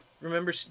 remember